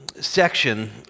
section